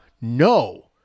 no